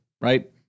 right